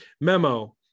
memo